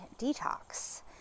detox